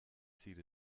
sieht